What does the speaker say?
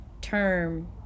term